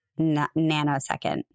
nanosecond